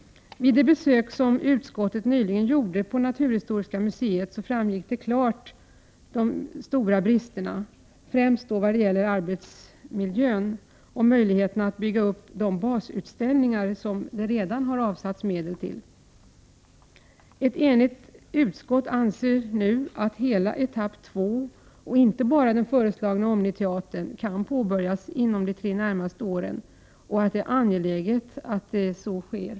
Vid ett besök som vi i utskottet nyligen gjorde på Naturhistoriska museet Prot. 1988/89:103 framstod de stora bristerna klart främst vad gäller arbetsmiljön och 25 april 1989 möjligheterna att bygga upp de basutställningar som det redan har avsatts medel till. Ett enigt utskott anser att hela etapp 2, alltså inte bara den föreslagna Omniteatern, kan påbörjas inom de tre närmaste åren och att det är angeläget att så sker.